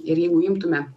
ir jeigu imtume